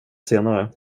senare